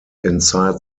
inside